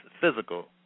physical